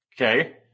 Okay